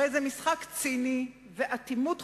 הרי זה משחק ציני ואטימות חושים,